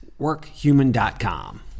WorkHuman.com